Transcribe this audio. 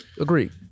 Agree